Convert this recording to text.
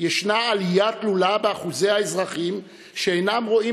יש עלייה תלולה באחוזי האזרחים שאינם רואים